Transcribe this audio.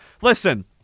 Listen